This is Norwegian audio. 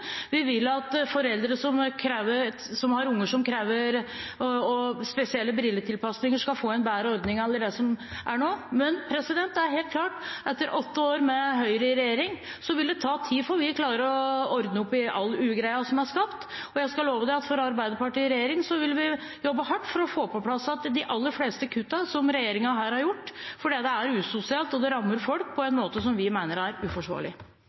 Vi vil at foreldre som har unger som krever spesielle brilletilpasninger, skal få en bedre ordning enn det som er nå. Men det er helt klart at etter åtte år med Høyre i regjering vil det ta tid før vi klarer å ordne opp i all ugreia som er skapt. Og jeg skal love deg at med Arbeiderpartiet i regjering vil vi jobbe hardt for å få plass igjen de aller fleste ordningene som regjeringen har kuttet i, fordi det er usosialt, og det rammer folk på en måte som vi mener er uforsvarlig.